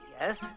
yes